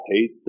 hate